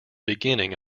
beginning